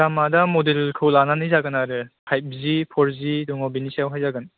दामआ दा मदेलखौ लानानै जागोन आरो फाइभजि फरजि दङ बेनि सायावहाय जागोन